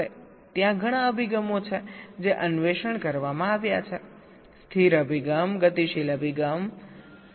હવે ત્યાં ઘણા અભિગમો છે જે અન્વેષણ કરવામાં આવ્યા છેસ્થિર અભિગમ ગતિશીલ અભિગમ પણ